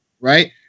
right